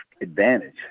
advantage